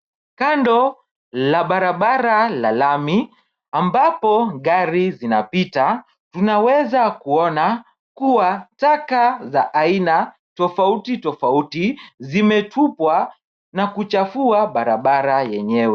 Kando la barabara la lami ambapo gari zinapita. Tunaweza kuona kuwa taka za aina tofauti tofauti zimetupwa na kuchafua barabara yenyewe.